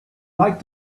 like